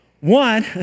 One